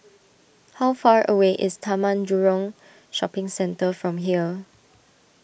how far away is Taman Jurong Shopping Centre from here